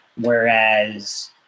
whereas